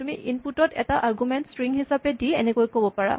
তুমি ইনপুট ত এটা আৰগুমেন্ট স্ট্ৰিং হিচাপে দি এনেকে ক'ব পাৰা